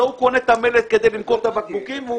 ההוא קונה את המלט כדי למכור את הבקבוקים.